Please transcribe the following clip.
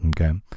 okay